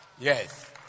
Yes